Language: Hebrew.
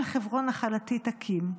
על חברון נחלתי תקים.